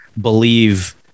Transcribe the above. believe